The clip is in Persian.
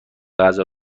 غذا